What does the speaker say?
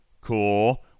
cool